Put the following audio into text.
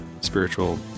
spiritual